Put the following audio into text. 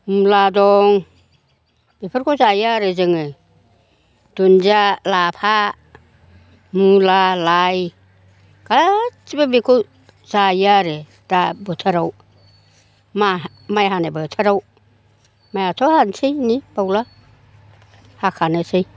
मुला दं बेफोरखौ जायो आरो जोङो दुन्दिया लाफा मुला लाइ गासिबो बेखौ जायो आरो दा बोथोराव मा माइ हानाय बोथोराव माइआथ' हानोसै नै बावला हाखानोसै